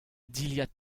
dilhad